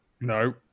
No